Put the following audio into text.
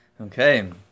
Okay